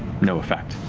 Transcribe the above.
no effect.